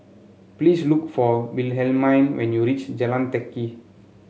please look for Wilhelmine when you reach Jalan Teck Kee